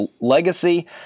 legacy